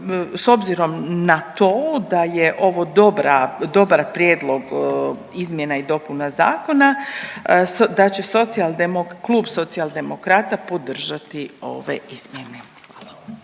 s obzirom na to da je ovo dobar prijedlog izmjena i dopuna zakona da će klub Socijaldemokrata podržati ove izmjene. Hvala.